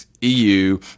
EU